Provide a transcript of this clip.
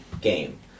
game